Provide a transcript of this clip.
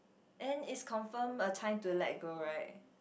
and it's confirmed a time to let go right